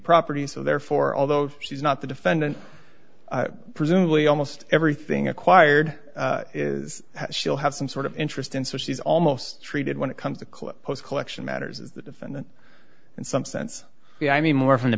property so therefore although she's not the defendant presumably almost everything acquired is she'll have some sort of interest in so she's almost treated when it comes to clip post collection matters the defendant in some sense i mean more from the